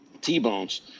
T-bones